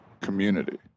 community